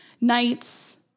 nights